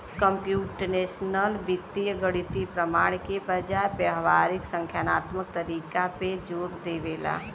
computational वित्त गणितीय प्रमाण के बजाय व्यावहारिक संख्यात्मक तरीका पे जोर देवला